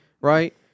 right